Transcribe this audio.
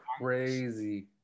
crazy